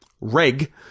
reg